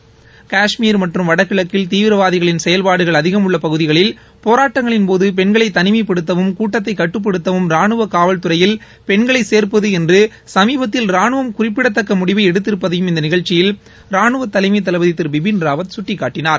வடகிழக்கில் காஷ்மீர் தீவிரவாதிகளின் செயல்பாடுகள் அதிகம் மற்றம் உள்ள பகுதிகளில் போராட்டங்களின்போது பெண்களை தனிமைப்படுத்தவும் கூட்டத்தை கட்டுப்படுத்தவும் ரானுவ காவல்துறையில் பெண்களை சேர்ப்பது என்று சமீபத்தில் ராணுவம் குறிப்பிடத்தக்க முடிவை எடுத்திருப்பதையும் இந்த நிகழ்ச்சியில் ராணுவ தலைமை தளபதி திரு பிபின் ராவத் சுட்டிக்காட்டினார்